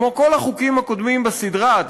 כמו כל החוקים הקודמים בסדרה,